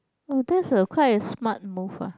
uh that's a quite a smart move ah